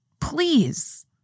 Please